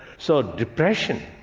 so depression,